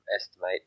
estimate